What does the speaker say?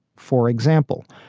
for example,